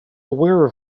aware